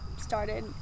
started